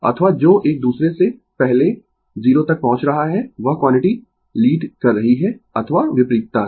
अथवा जो एक दूसरे से पहले 0 तक पहुंच रहा है वह क्वांटिटी लीड कर रही है अथवा विपरीतता से